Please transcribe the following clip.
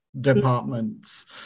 departments